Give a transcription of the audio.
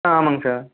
ஆ ஆமாங்க சார்